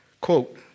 Quote